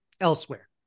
elsewhere